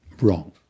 wrong